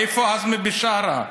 איפה עזמי בשארה?